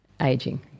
aging